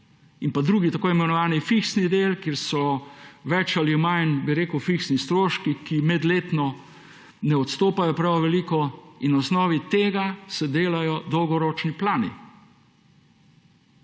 Drugi je tako imenovani fiksni del, kjer so bolj ali manj fiksni stroški, ki med letom ne odstopajo prav veliko, in na osnovi tega se delajo dolgoročni plani.